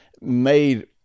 made